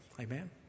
Amen